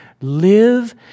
live